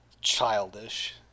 Childish